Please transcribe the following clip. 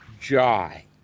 jai